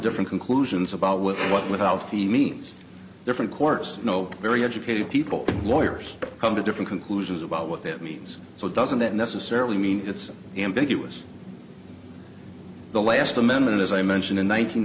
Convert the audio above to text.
different conclusions about what what with alfie means different courts know very educated people lawyers come to different conclusions about what that means so it doesn't necessarily mean it's ambiguous the last amendment as i mentioned in